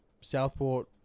Southport